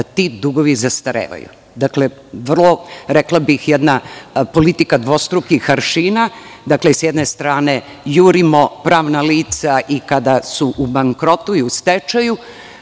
ti dugovi zastarevaju. Vrlo, rekla bih, jedna politika dvostrukih aršina. S jedne strane jurimo pravna lica i kada su bankrotu i u stečaju